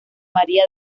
maría